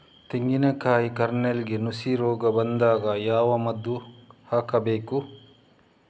ತೆಂಗಿನ ಕಾಯಿ ಕಾರ್ನೆಲ್ಗೆ ನುಸಿ ರೋಗ ಬಂದಾಗ ಯಾವ ಮದ್ದು ಹಾಕಬೇಕು?